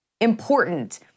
important